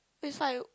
it's like